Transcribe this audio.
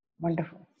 Wonderful